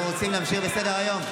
אנחנו רוצים להמשיך בסדר-היום.